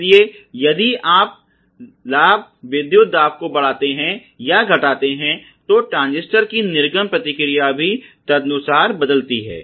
इसलिए यदि आप लाभ विद्युत दाब को बढ़ाते हैं या घटाते हैं तो ट्रांजिस्टर की निर्गम प्रतिक्रिया भी तदनुसार बदलती है